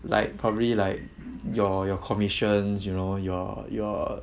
like probably like your your commissions you know your your